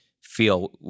feel